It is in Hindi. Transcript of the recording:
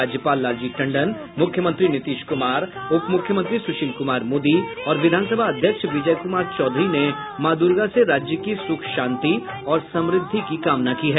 राज्यपाल लालजी टंडन मुख्यमंत्री नीतीश कुमार उपमुख्यमंत्री सुशील कुमार मोदी और विधानसभा अध्यक्ष विजय कुमार चौधरी ने मां दुर्गा से राज्य की सुख शांति और समृद्धि की कामना की है